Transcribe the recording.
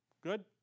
Good